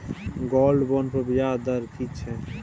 Gold bond पर ब्याज दर की छै?